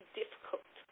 difficult